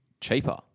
cheaper